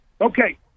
okay